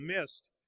missed